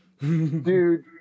Dude